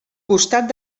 costat